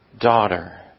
daughter